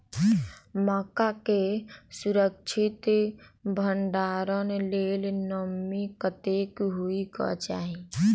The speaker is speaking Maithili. मक्का केँ सुरक्षित भण्डारण लेल नमी कतेक होइ कऽ चाहि?